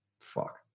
fuck